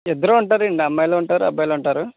ఇద్దరూ ఉంటారు అండి అమ్మాయిలు ఉంటారు అబ్బాయిలు ఉంటారు